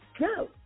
go